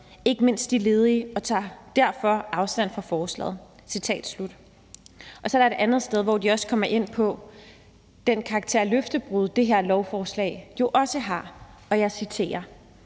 ikke mindst de ledige, og tager derfor afstand fra forslaget.« Så er der et andet sted, hvor FH også kommer ind på den karakter af løftebrud, som det her lovforslag jo også har – og jeg citerer: